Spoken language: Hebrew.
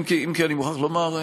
אם כי אני מוכרח לומר,